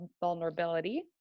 vulnerability